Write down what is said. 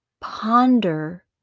Ponder